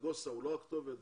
נגוסה הוא לא הכתובת,